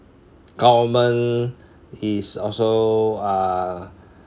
common is also uh